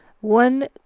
one